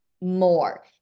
more